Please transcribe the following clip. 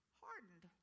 hardened